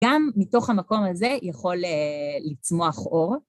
גם מתוך המקום הזה יכול לצמוח אור.